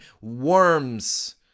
Worms